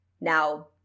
Now –